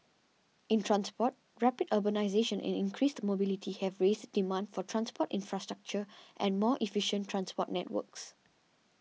in transport rapid urbanisation and increased mobility have raised demand for transport infrastructure and more efficient transport networks